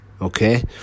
Okay